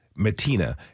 Matina